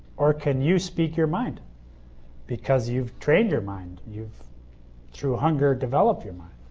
or can you speak your mind because you've trained your mind, you've through hunger developed your mind.